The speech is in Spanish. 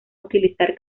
utilizar